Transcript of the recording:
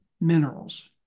minerals